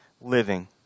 living